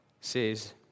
says